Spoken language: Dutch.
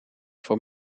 voor